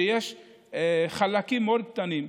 שיש חלקים מאוד קטנים,